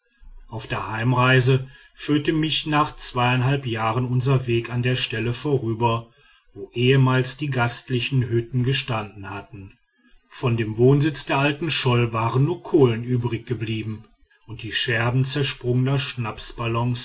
auf der heimreise führte mich nach zweieinhalb jahren unser weg an der stelle vorüber wo ehemals die gastlichen hütten gestanden hatten von dem wohnsitz der alten schol waren nur kohlen übriggeblieben und die scherben zersprungener